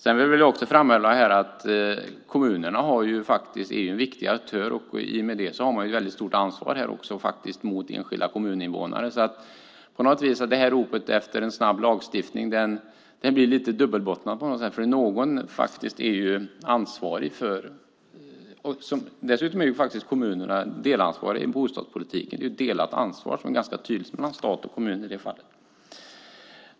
Jag vill också framhäva att kommunerna faktiskt är en viktig aktör. I och med det har de ett väldigt stort ansvar mot enskilda kommuninvånare. Ropet efter en snabb lagstiftning blir lite dubbelbottnat på något sätt eftersom någon faktiskt är ansvarig. Dessutom är kommunerna delansvariga för bostadspolitiken. Det är ett ganska tydligt ansvar mellan stat och kommun i det fallet.